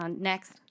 Next